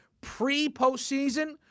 Pre-postseason